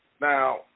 Now